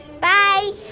bye